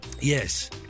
Yes